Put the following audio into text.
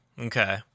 Okay